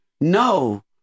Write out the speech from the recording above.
No